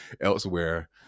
elsewhere